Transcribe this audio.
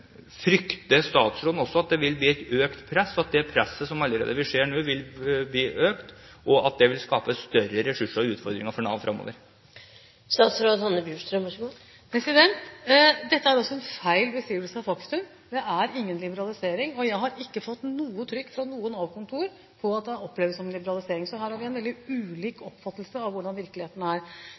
Frykter statsråden at det blir et økt press, at det presset som vi nå allerede ser, vil øke, og at det vil skape behov for større ressurser – og utfordringer – for Nav framover? Dette er en feil beskrivelse av faktum. Det er ingen liberalisering, og jeg har ikke fått noe trykk fra noe Nav-kontor om at det oppleves som en liberalisering. Så her har vi en veldig ulik oppfatning av hvordan virkeligheten er.